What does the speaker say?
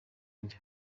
njye